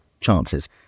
chances